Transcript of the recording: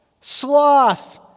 sloth